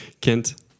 Kent